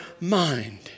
mind